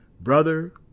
brother